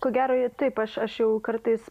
ko gero taip aš aš jau kartais